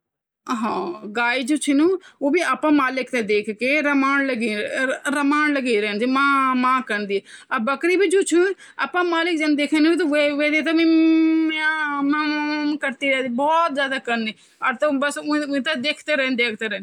मुर्गा तह जन लगन तह पक्छी ची और पक्छी ही ची तोह वे ते हम पक्षी किले न बोल्या वो तोह इन ची की लोग घर मा पाल ला और वे खाँद ची तभी वे तह वे जरा लगी जांद की वे ते पक्षी किले बोली जांद है न पर वन तह वे का फ़नका चीन तह वे मुर्गा ची जंगली पक्छी ची यो |